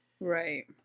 Right